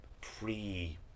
pre